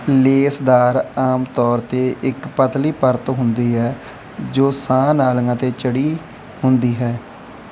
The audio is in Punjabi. ਲੇਸਦਾਰ ਆਮ ਤੌਰ 'ਤੇ ਇੱਕ ਪਤਲੀ ਪਰਤ ਹੁੰਦੀ ਹੈ ਜੋ ਸਾਹ ਨਾਲੀਆਂ 'ਤੇ ਚੜ੍ਹੀ ਹੁੰਦੀ ਹੈ